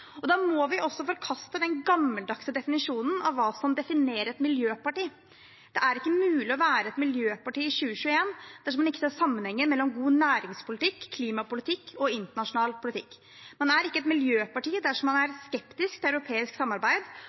og da må vi også forkaste den gammeldagse definisjonen av hva som er et miljøparti. Det er ikke mulig å være et miljøparti i 2021 dersom man ikke ser sammenhengen mellom god næringspolitikk, klimapolitikk og internasjonal politikk. Man er ikke et miljøparti dersom man er skeptisk til europeisk samarbeid